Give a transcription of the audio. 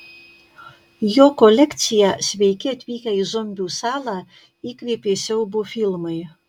jo kolekciją sveiki atvykę į zombių salą įkvėpė siaubo filmai